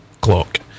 clock